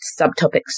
subtopics